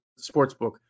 sportsbook